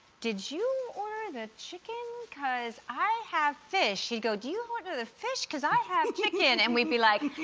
did you order the chicken cause i have fish? and he'd go, did you order the fish cause i have chicken? and we'd be like,